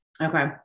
Okay